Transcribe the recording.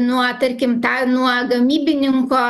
nuo tarkim tą nuo gamybininko